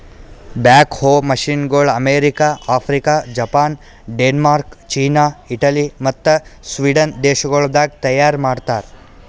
back ಹೋ ಮಷೀನಗೊಳ್ America, Africa, Japan, Denmark, China, Italy ಮತ್ತ ಸ್ವೀಡನ್ ದೇಶಗೊಳ್ದಾಗ್ ತೈಯಾರ್ ಮಾಡ್ತಾರ್